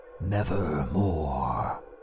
Nevermore